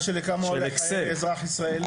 שלי כמה עולה חיי אזרח ישראלי.